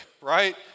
right